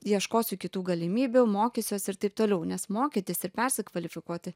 ieškosiu kitų galimybių mokysiuos ir taip toliau nes mokytis ir persikvalifikuoti